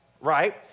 Right